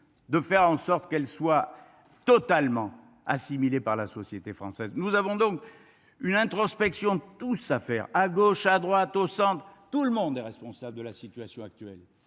de faire en sorte qu’elles soient totalement assimilées par la société française… Nous avons donc tous une introspection à faire, à gauche, à droite, au centre, car tout le monde est responsable de la situation actuelle.